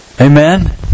Amen